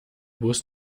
bus